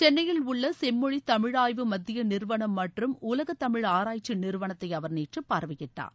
சென்னையில் உள்ள செம்மொழி தமிழாய்வு மத்திய நிறுவனம் மற்றும் உலகத் தமிழ் ஆராய்ச்சி நிறுவனத்தை அவர் நேற்று பார்வையிட்டார்